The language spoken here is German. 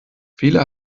viele